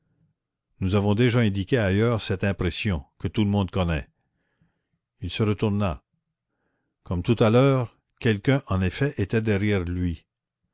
nous avons déjà indiqué ailleurs cette impression que tout le monde connaît il se retourna comme tout à l'heure quelqu'un en effet était derrière lui